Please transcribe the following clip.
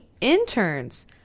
interns